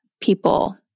people